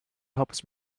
helps